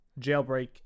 Jailbreak